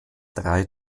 drei